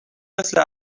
مثل